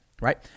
right